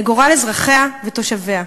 לגורל אזרחיה ותושביה.